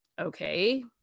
okay